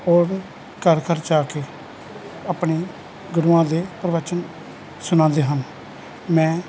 ਔਰ ਘਰ ਘਰ ਜਾ ਕੇ ਆਪਣੇ ਗੁਰੂਆਂ ਦੇ ਪ੍ਰਵਚਨ ਸੁਣਾਉਂਦੇ ਹਨ ਮੈਂ